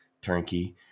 turnkey